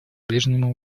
ближнему